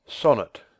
Sonnet